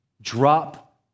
drop